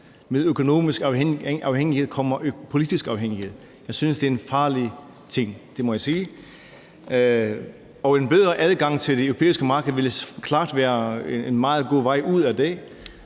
Med økonomisk afhængighed kommer politisk afhængighed. Jeg synes, det er en farlig ting. Det må jeg sige. En bedre adgang til det europæiske marked ville klart være en meget god vej ud af det.